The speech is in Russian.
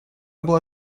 была